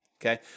okay